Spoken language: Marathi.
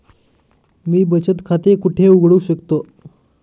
मी बचत खाते कुठे उघडू शकतो?